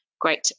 great